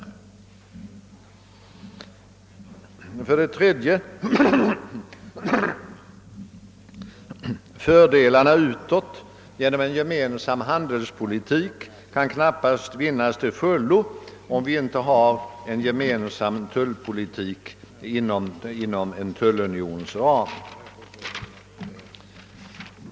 3. Fördelarna utåt av en gemensam handelspolitik kan knappast till fullo uppnås om vi inte har en gemensam tullpolitik inom en tullunions ram.